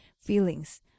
feelings